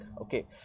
okay